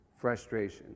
frustration